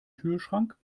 kühlschrank